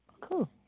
Cool